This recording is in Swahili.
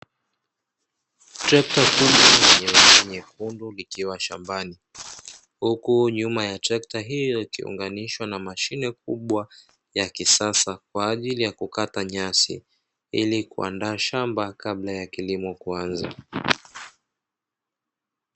Trekta kubwa lenye rangi nyekundu likiwa shambani, huku nyuma ya trekta hili likiunganishwa na mashine kubwa ya kisasa kwa ajili ya kukata nyasi, ili kuandaa shamba kabla ya kilimo kuanza.